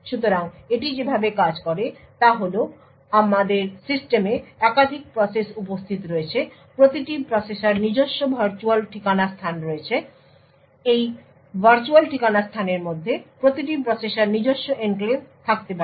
সুতরাং এটি যেভাবে কাজ করে তা হল আমাদের সিস্টেমে একাধিক প্রসেস উপস্থিত রয়েছে প্রতিটি প্রসেসের নিজস্ব ভার্চুয়াল ঠিকানা স্থান রয়েছে এবং এই ভার্চুয়াল ঠিকানা স্থানের মধ্যে প্রতিটি প্রসেসের নিজস্ব এনক্লেভ থাকতে পারে